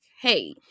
hey